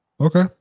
Okay